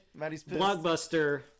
blockbuster